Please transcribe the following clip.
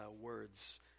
words